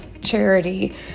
charity